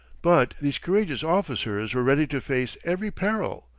but these courageous officers were ready to face every peril,